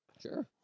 Sure